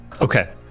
okay